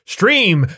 Stream